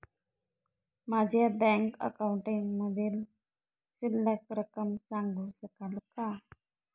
माझ्या बँक अकाउंटमधील शिल्लक रक्कम सांगू शकाल का?